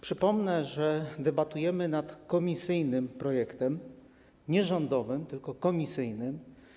Przypomnę, że debatujemy nad komisyjnym projektem, nie rządowym, tylko komisyjnym.